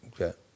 Okay